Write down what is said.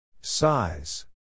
Size